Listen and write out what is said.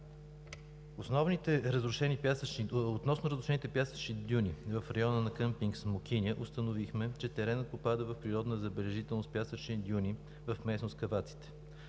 Относно разрушените пясъчни дюни в района на къмпинг „Смокиня“ установихме, че теренът попада в природна забележителност пясъчни дюни в местност Каваците.